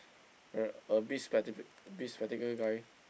a a big specta~ big spectacle guy